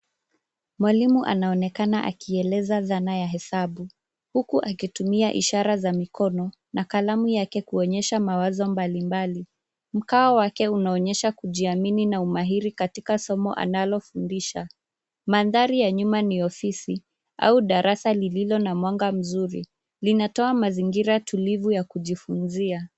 Mwalimu anaonekana akieleza zana ya hesabu. Huku akitumia ishara za mikono ,na kalamu yake kuonyesha mawazo mbalimbali. Mkao wake unaonyesha kujiamini na umahiri katika somo analofundisha. Mandhari ya nyuma ni ofisi au darasa lililo na mwangaza mzuri. Linatoa mazingira tulivu ya kujifunzia.